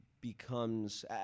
becomes